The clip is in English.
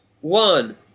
one